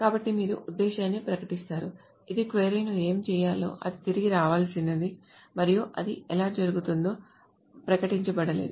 కాబట్టి మీరు ఉద్దేశాన్ని ప్రకటిస్తారు ఇది క్వరీ ను ఏమి చేయాలో అది తిరిగి రావాల్సినది మరియు అది ఎలా జరుగుతుందో ప్రకటించబడ లేదు